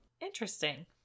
interesting